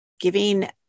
giving